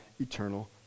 eternal